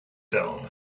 dawn